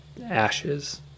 ashes